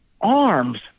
arms